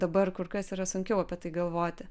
dabar kur kas yra sunkiau apie tai galvoti